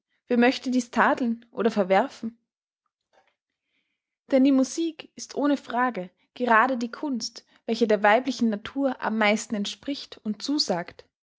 wer möchte dies tadeln oder verwerfen denn die musik ist ohne frage gerade die kunst welche der weiblichen natur am meisten entspricht und zusagt